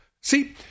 see